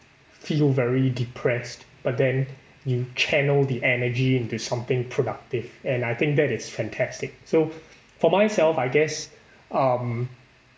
feel very depressed but then you channel the energy into something productive and I think that is fantastic so for myself I guess um